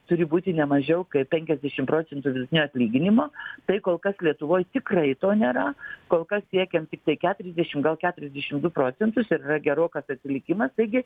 turi būti ne mažiau kaip penkiasdešimt procentų vidutinio atlyginimo tai kol kas lietuvoj tikrai to nėra kol kas siekiam tik tai keturiadešimt gal keturiasdešimt du procentus ir yra gerokas atsilikimas taigi